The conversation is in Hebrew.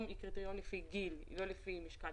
היא קריטריון לפי גיל ולא לפי משקל